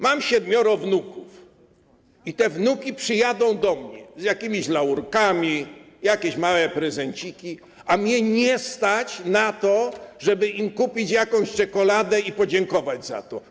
Mam siedmioro wnuków i te wnuki przyjdą do mnie z laurkami, przyniosą jakieś małe prezenciki, a mnie nie stać na to, żeby im kupić jakąś czekoladę i podziękować za to.